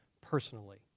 personally